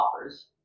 offers